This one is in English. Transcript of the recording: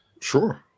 Sure